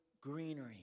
greenery